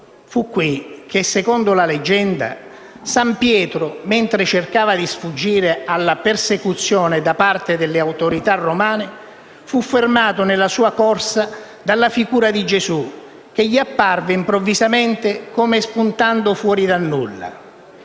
Fu qui che, secondo la leggenda, San Pietro, mentre cercava di sfuggire alla persecuzione da parte delle autorità romane, fu fermato nella sua corsa dalla figura di Gesù, che gli apparve improvvisamente come spuntando fuori dal nulla.